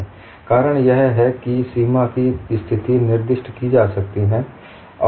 कारण यह है कि सीमा की स्थिति निर्दिष्ट की जा सकती है